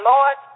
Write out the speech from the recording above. Lord